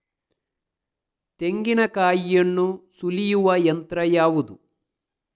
ತೆಂಗಿನಕಾಯಿಯನ್ನು ಸುಲಿಯುವ ಯಂತ್ರ ಯಾವುದು?